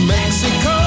Mexico